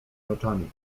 oczami